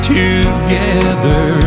together